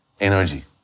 energy